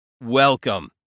welcome